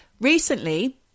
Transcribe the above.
recently